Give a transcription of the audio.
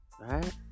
right